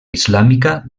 islàmica